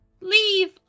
leave